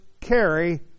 carry